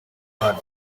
uhari